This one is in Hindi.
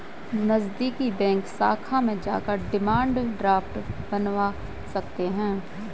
नज़दीकी बैंक शाखा में जाकर डिमांड ड्राफ्ट बनवा सकते है